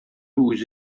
үзе